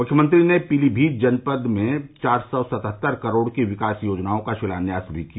मुख्यमंत्री ने पीलीमीत जनपद में चार सौ सतहत्तर करोड़ की विकास योजनाओं का शिलान्यास भी किया